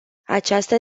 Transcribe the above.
această